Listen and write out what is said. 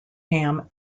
ham